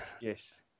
Yes